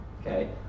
Okay